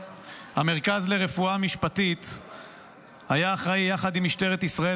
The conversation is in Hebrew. המרכז לרפואה משפטית היה אחראי יחד עם משטרת ישראל